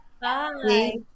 Bye